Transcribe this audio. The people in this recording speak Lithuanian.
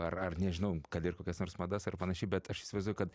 ar ar nežinau kad ir kokias nors madas ar panašiai bet aš įsivaizduoju kad